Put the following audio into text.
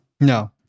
No